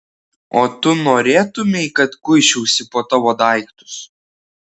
o tu norėtumei kad kuisčiausi po tavo daiktus